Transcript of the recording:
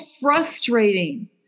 frustrating